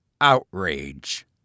outrage